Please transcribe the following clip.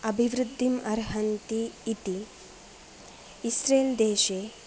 अभिवृद्धिम् अर्हन्ति इति इस्रेल् देशे